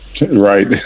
Right